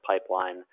Pipeline